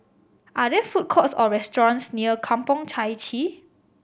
are there food courts or restaurants near Kampong Chai Chee